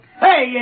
Hey